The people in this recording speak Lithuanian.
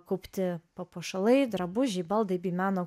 kaupti papuošalai drabužiai baldai bei meno